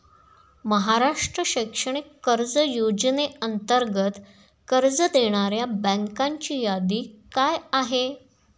महाराष्ट्र शैक्षणिक कर्ज योजनेअंतर्गत कर्ज देणाऱ्या बँकांची यादी काय आहे?